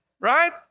Right